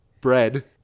bread